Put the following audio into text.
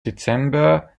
dezember